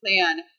plan